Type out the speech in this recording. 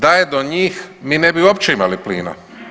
Da je do njih mi ne bi uopće imali plina.